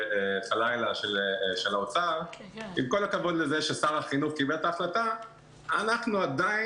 חלאילה מהאוצר שעם כל הכבוד לזה ששר החינוך קיבל את ההחלטה אנחנו עדיין